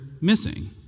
missing